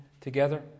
together